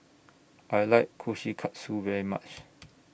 I like Kushikatsu very much